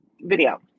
video